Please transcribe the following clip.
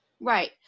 Right